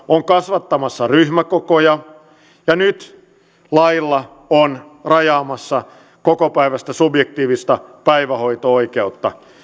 on asetuksella kasvattamassa ryhmäkokoja ja nyt on lailla rajaamassa kokopäiväistä subjektiivista päivähoito oikeutta